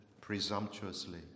presumptuously